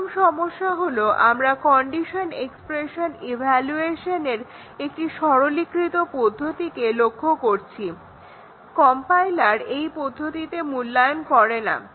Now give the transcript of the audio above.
প্রথম সমস্যা হলো আমরা কন্ডিশন এক্সপ্রেশন ইভালুয়েশনের একটি সরলীকৃত পদ্ধতিকে লক্ষ্য করেছি কম্পাইলার এই পদ্ধতিতে মূল্যায়ন করেনা